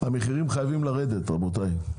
המחירים חייבים לרדת רבותיי,